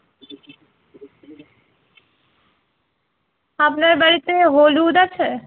আপনার বাড়িতে হলুদ আছে